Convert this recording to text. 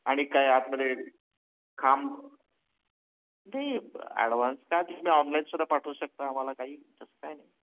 आणि काय आतमध्ये खांब नाही ॲडव्हान्स काय तुम्ही ऑनलाईनसुद्धा पाठवू शकता आम्हाला काही तसं काय नाही